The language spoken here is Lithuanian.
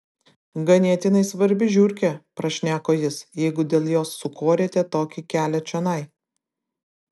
ganėtinai svarbi žiurkė prašneko jis jeigu dėl jos sukorėte tokį kelią čionai